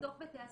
לתוך בתי הספר,